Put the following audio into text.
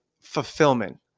fulfillment